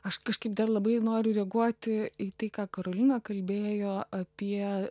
aš kažkaip dar labai noriu reaguoti į tai ką karolina kalbėjo apie